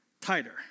Tighter